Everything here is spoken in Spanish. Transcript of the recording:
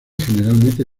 generalmente